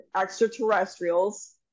extraterrestrials